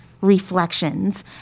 reflections